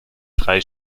drei